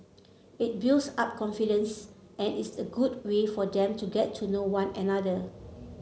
it builds up confidence and is a good way for them to get to know one another